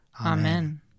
Amen